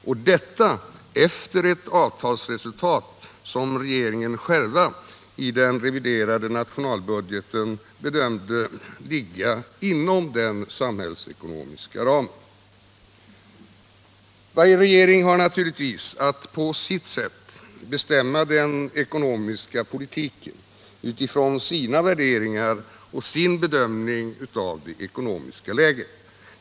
Och detta efter ett avtalsresultat som regeringen själv i den reviderade nationalbudgeten bedömde ligga inom den samhällsekonomiska ramen. Varje regering har naturligtvis att på sitt sätt bestämma den ekonomiska politiken utifrån sina värderingar och sin bedömning av det ekonomiska läget.